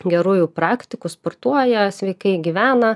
gerųjų praktikų sportuoja sveikai gyvena